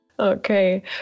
Okay